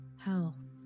health